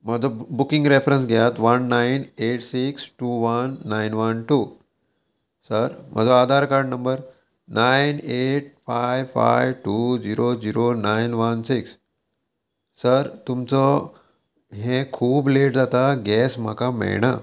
म्हजो booking reference घेयात one nine eight six two one nine one two sir म्हजो Aadhaar card number nine eight five five two zero zero nine one six sir तुमचो हें खूब late जाता gas म्हाका मेळना